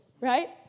right